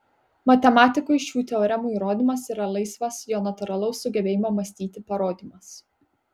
matematikui šių teoremų įrodymas yra laisvas jo natūralaus sugebėjimo mąstyti parodymas